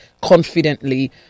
confidently